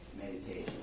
meditation